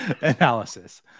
Analysis